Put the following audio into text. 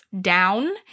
down